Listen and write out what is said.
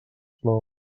plou